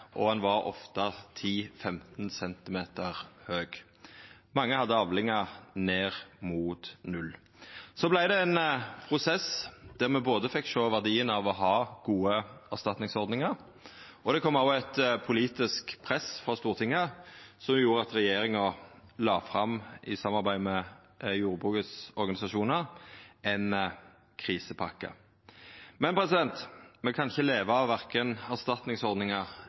Og han var ofte 10–15 cm høg. Mange hadde avlingar ned mot null. Så vart det ein prosess der me fekk sjå verdien av å ha gode erstatningsordningar, og det kom òg eit politisk press frå Stortinget som gjorde at regjeringa la fram, i samarbeid med jordbruksorganisasjonane, ei krisepakke. Me kan ikkje leva av verken